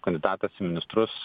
kandidatas į ministrus